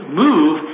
move